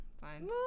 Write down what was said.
Fine